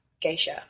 geisha